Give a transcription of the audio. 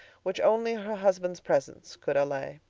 which only her husband's presence could allay.